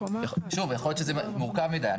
שוב, יכול להיות שזה מורכב מידי.